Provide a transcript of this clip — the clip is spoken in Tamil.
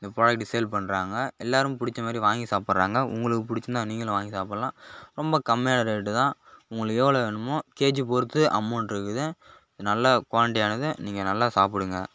இந்த ப்ராடக்ட்டு சேல் பண்ணுறாங்க எல்லோரும் பிடிச்ச மாதிரி வாங்கி சாப்புடறாங்க உங்களுக்கு பிடிச்சிருந்தா நீங்களும் வாங்கி சாப்புடலாம் ரொம்ப கம்மியான ரேட்டு தான் உங்களுக்கு எவ்வளோ வேணுமோ கேஜி பொருத்து அமௌண்டு இருக்குது நல்ல குவாலிட்டியானது நீங்கள் நல்லா சாப்பிடுங்க